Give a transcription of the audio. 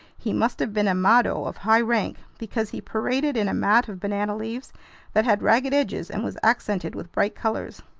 he must have been a mado of high rank, because he paraded in a mat of banana leaves that had ragged edges and was accented with bright colors.